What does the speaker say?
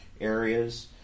areas